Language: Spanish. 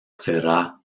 será